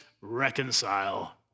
reconcile